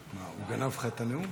מה, הוא גנב לך את הנאום?